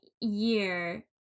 year